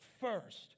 first